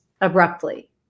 abruptly